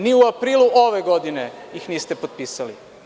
Ni u aprilu ove godine ih niste potpisali.